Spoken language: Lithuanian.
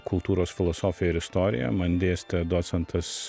kultūros filosofiją ir istoriją man dėstė docentas